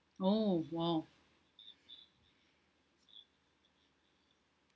oh !wow!